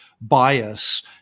bias